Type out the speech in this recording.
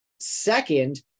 Second